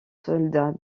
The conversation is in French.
soldats